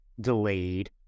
delayed